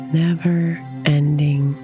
never-ending